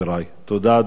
תודה, אדוני היושב-ראש.